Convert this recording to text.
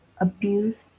abuse